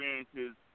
experiences